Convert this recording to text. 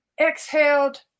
exhaled